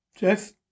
Jeff